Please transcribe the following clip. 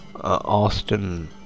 Austin